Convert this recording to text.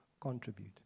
Contribute